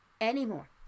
anymore